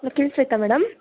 hello ಕೇಳಸ್ತೈತಾ madam